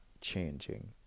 changing